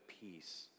peace